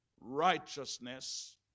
righteousness